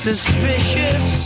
Suspicious